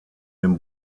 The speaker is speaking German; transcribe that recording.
den